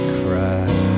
cry